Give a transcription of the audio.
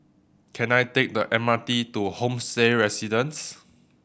can I take the M R T to Homestay Residence